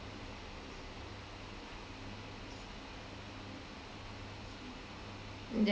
yeah